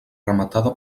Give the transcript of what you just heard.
rematada